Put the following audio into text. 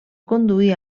conduir